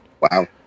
wow